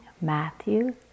Matthew